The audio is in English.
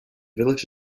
village